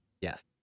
Yes